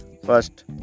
First